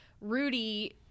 Rudy